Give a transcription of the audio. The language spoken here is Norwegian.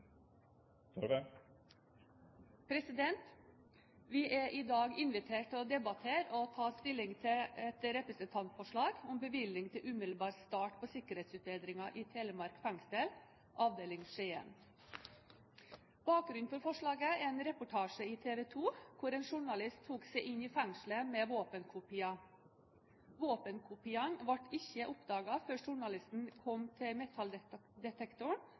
i dag invitert til å debattere og ta stilling til et representantforslag om bevilgning til umiddelbar start på sikkerhetsutbedringer i Telemark fengsel, Skien avdeling. Bakgrunnen for forslaget er en reportasje i TV 2, hvor en journalist tok seg inn i fengselet med våpenkopier. Våpenkopiene ble ikke oppdaget før journalisten kom til